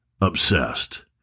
obsessed